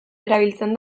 erabiltzen